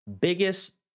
biggest